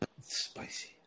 Spicy